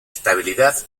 estabilidad